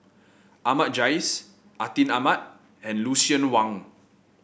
Ahmad Jais Atin Amat and Lucien Wang